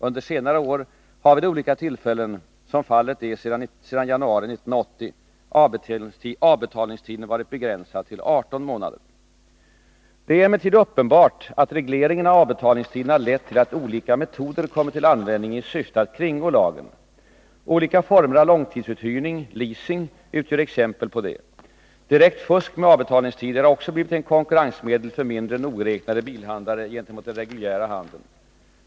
Under senare år har vid olika tillfällen — såsom fallet är sedan januari 1980 — avbetalningstiden varit begränsad till 18 månader. Det är emellertid uppenbart, att regleringen av avbetalningstiderna lett till att olika metoder kommit till användning i syfte att kringgå lagen. Olika former av långtidsuthyrning, leasing, utgör exempel härpå. Direkt fusk med avbetalningstider har också blivit ett konkurrensmedel för mindre nogräk nade bilhandlare gentemot den reguljära handeln.